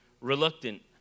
Reluctant